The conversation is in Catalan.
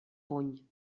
puny